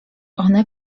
one